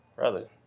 Brother